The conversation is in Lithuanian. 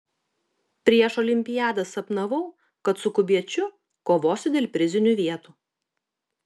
prieš olimpiadą sapnavau kad su kubiečiu kovosiu dėl prizinių vietų